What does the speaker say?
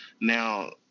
now